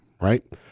right